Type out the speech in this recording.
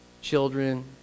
children